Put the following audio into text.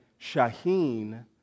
Shaheen